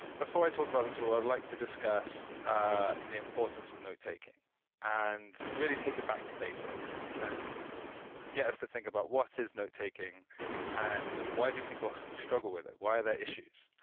before i talk about the tool, i'd like to discuss ah the importance of notetaking and really take it back to basics and get us to think about what is notetaking and why do people struggle with it, why are there issues?